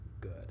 good